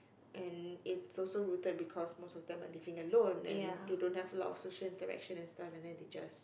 and it's also rooted because most on them are living alone and they don't have a lot of social interaction and stuff and then they just